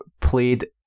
played